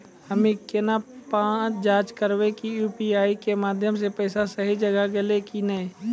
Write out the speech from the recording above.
हम्मय केना जाँच करबै की यु.पी.आई के माध्यम से पैसा सही जगह गेलै की नैय?